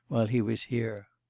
while he was here.